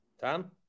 Tom